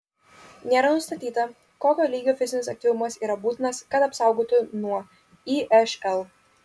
nėra nustatyta kokio lygio fizinis aktyvumas yra būtinas kad apsaugotų nuo išl